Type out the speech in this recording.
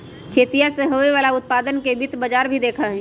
खेतीया से होवे वाला उत्पादन के भी वित्त बाजार ही देखा हई